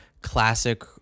classic